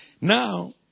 now